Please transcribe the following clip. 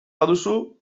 baduzu